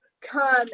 come